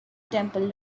temple